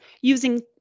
using